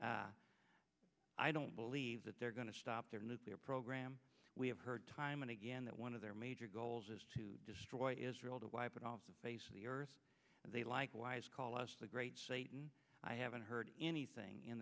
i don't believe that they're going to stop their nuclear program we have heard time and again that one of their major goals is to destroy israel to wipe it off the face of the earth and they likewise call us the great satan i haven't heard anything in